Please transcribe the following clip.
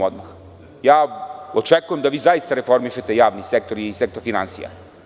Očekujem da vi zaista reformišete javni sektor i sektor finansija.